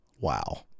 Wow